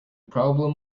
problem